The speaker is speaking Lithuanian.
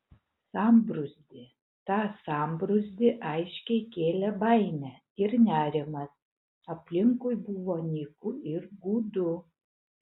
sambrūzdį tą sambrūzdį aiškiai kėlė baimė ir nerimas aplinkui buvo nyku ir gūdu